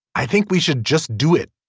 i think we should just do it.